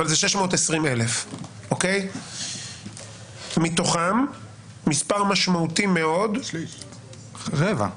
אבל זה 620,000. מתוכם מספר משמעותי מאוד --- רבע.